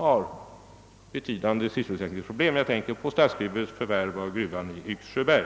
med betydande sysselsättningsproblem — jag tänker på AB Statsgruvors förvärv av gruvan i Yxsjöberg.